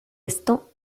esto